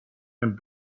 and